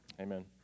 Amen